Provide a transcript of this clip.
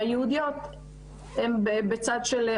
שהיהודיות הן בצד של,